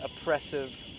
oppressive